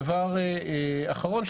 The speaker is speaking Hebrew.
דבר אחרון,